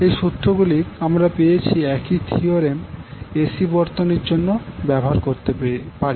এই সূত্র গুলি আমরা পেয়েছি একই থিওরেম এসি বর্তনীর জন্য ব্যবহার করতে পারি